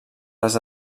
les